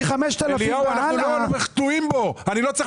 מ-5,000 ומעלה --- היום אנחנו לא תלויים בו.